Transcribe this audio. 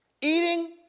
Eating